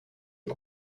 est